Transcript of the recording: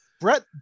Brett